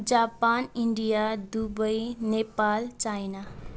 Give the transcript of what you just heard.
Japan India Dubai Nepal China